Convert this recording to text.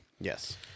Yes